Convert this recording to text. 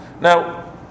Now